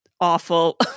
awful